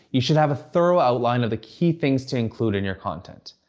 you should have a thorough outline of the key things to include in your content.